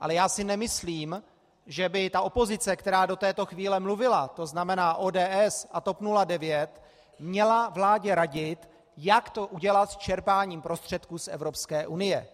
Ale já si nemyslím, že by opozice, která do této chvíli mluvila, to znamená ODS a TOP 09, měla vládě radit, jak to udělat s čerpáním prostředků z Evropské unie.